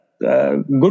good